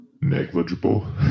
negligible